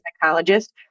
psychologist